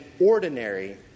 ordinary